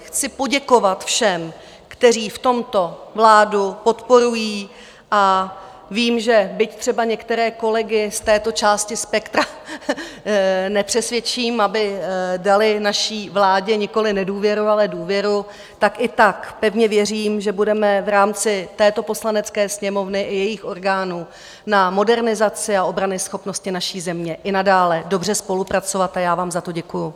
Chci poděkovat všem, kteří v tomto vládu podporují, a vím, že byť třeba některé kolegy z této části spektra nepřesvědčím , aby dali naší vládě nikoliv nedůvěru, ale důvěru, tak i tak pevně věřím, že budeme v rámci této Poslanecké sněmovny i jejich orgánů na modernizaci a obranyschopnosti naší země i nadále dobře spolupracovat, a já vám za to děkuji.